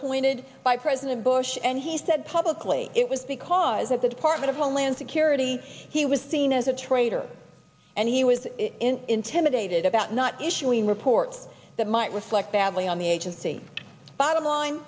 reappointed by president bush and he said publicly it was because at the department of homeland security he was seen as a traitor and he was intimidated about not issuing a report that might reflect badly on the agency bottom line